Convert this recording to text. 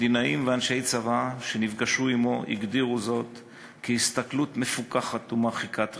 מדינאים ואנשי צבא שנפגשו עמו הגדירו זאת כהסתכלות מפוכחת ומרחיקת ראות.